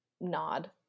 Nod